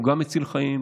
הוא גם מציל חיים,